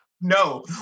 No